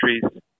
countries